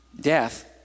death